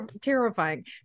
terrifying